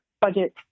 budget